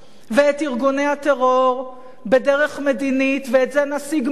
ואת ארגוני הטרור בדרך מדינית, ואת זה נשיג מייד